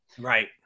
Right